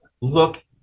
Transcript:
look